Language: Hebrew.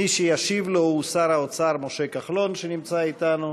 מי שישיב לו הוא שר האוצר משה כחלון, שנמצא אתנו.